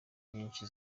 nyinshi